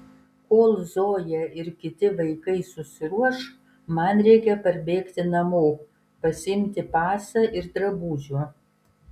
kol zoja ir kiti vaikai susiruoš man reikia parbėgti namo pasiimti pasą ir drabužių